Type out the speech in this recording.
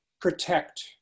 protect